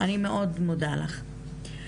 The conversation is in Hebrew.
אני מאוד מודה לך.